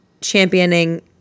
championing